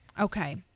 Okay